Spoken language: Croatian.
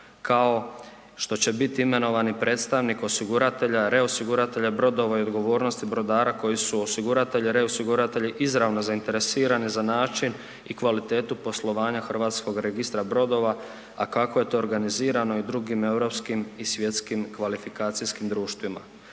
kao što će biti imenovan i predstavnik osiguratelja, reosiguratelja brodova i odgovornosti brodara koji su osiguratelj i reosiguratelji izravno zainteresirani za način i kvalitetu poslovanja Hrvatskog registra brodova a kako je to organizirano i drugim europskim i svjetskim kvalifikacijskim društvima.